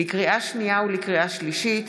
לקריאה שנייה ולקריאה שלישית,